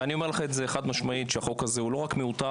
ואני אומר לך חד משמעית שהחוק הזה הוא לא רק מיותר,